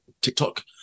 TikTok